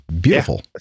beautiful